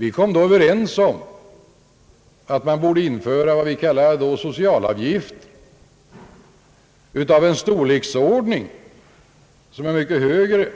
Vi kom då överens om att man borde införa vad vi då kallade socialavgift, av en storleksordning som var mycket högre